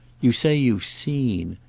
you say you've seen.